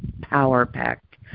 power-packed